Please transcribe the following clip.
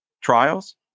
trials